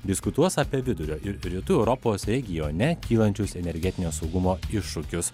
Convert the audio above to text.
diskutuos apie vidurio ir rytų europos regione kylančius energetinio saugumo iššūkius